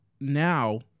now